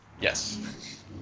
Yes